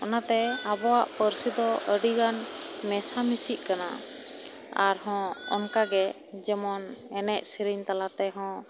ᱚᱱᱟᱛᱮ ᱟᱵᱚᱣᱟᱜ ᱯᱟᱹᱨᱥᱤ ᱫᱚ ᱟᱹᱰᱤ ᱜᱟᱱ ᱢᱮᱥᱟ ᱢᱤᱥᱤᱜ ᱠᱟᱱᱟ ᱟᱨᱦᱚᱸ ᱚᱱᱠᱟ ᱜᱮ ᱡᱮᱢᱚᱱ ᱮᱱᱮᱡ ᱥᱨᱮᱨᱧ ᱛᱟᱞᱟ ᱛᱮᱦᱚᱸ